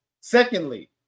Secondly